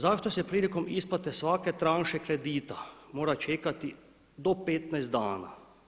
Zašto se prilikom isplate svake tranše kredita mora čekati do 15 dana?